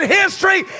history